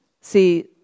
see